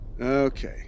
Okay